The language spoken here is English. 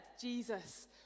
Jesus